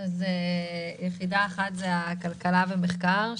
היחידה הראשונה היא כלכלה ומחקר,